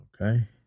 Okay